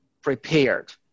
prepared